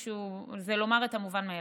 זה לומר את המובן מאליו.